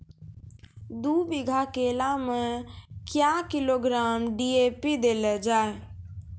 दू बीघा केला मैं क्या किलोग्राम डी.ए.पी देले जाय?